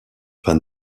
van